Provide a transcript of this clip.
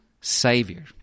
savior